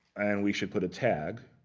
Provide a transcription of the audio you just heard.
and we should put a tag